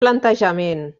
plantejament